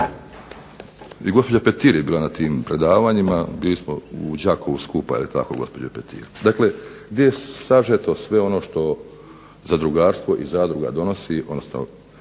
I gospođa Petir je bila na tim predavanjima, bili smo skupa u Đakovu. Jel tako gospođo Petir? Dakle, gdje je sažeto sve ono što zadrugarstvo i zadruga donosi